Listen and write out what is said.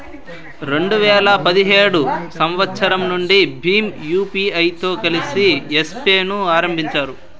రెండు వేల పదిహేడు సంవచ్చరం నుండి భీమ్ యూపీఐతో కలిసి యెస్ పే ను ఆరంభించారు